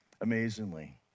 amazingly